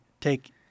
take